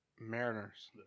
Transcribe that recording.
Mariners